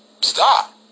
Stop